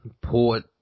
Port